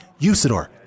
Usador